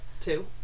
two